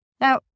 Now